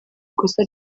ikosa